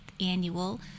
annual